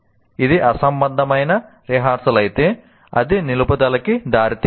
ఇది అసంబద్ధమైన రిహార్సల్ అయితే అది నిలుపుదలకి దారితీయదు